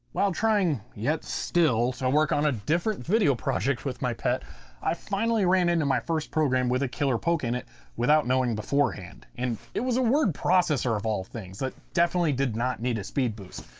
while trying, yet still, to so work on a different video project with my pet i finally ran into my first program with a killer poke in it without knowing beforehand. and it was a word processor of all things that definitely did not need a speed boost.